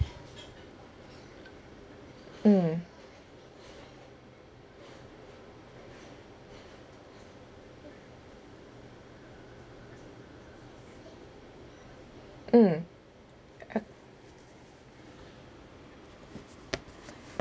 mm mm oh